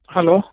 Hello